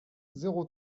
zéro